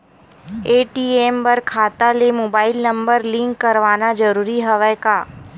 ATM बर खाता ले मुबाइल नम्बर लिंक करवाना ज़रूरी हवय का?